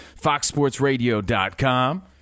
foxsportsradio.com